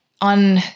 on